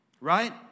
Right